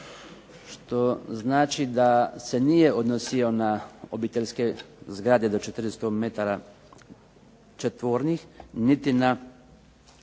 što znači da se nije odnosio na obiteljske zgrade do 400 metara četvornih, niti na